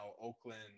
Oakland